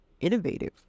innovative